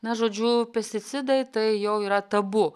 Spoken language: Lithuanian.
na žodžiu pesticidai tai jau yra tabu